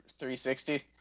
360